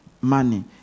money